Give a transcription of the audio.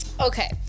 Okay